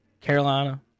Carolina